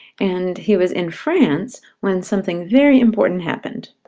and he was in france when something very important happened.